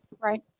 right